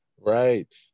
Right